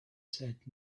said